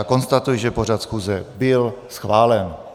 Konstatuji, že pořad schůze byl schválen.